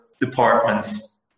departments